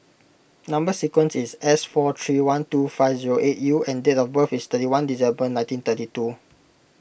Number Sequence is S four three one two five zero eight U and date of birth is thirty one December nineteen thirty two